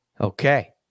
Okay